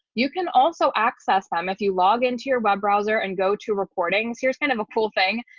you can also access time if you log into your web browser and go to recordings. here's kind of a cool thing.